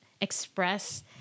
express